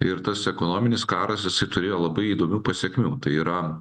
ir tas ekonominis karas jisai turėjo labai įdomių pasekmių tai yra